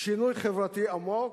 שינוי חברתי עמוק?